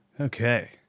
Okay